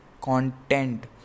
content